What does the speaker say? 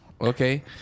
Okay